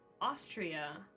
Austria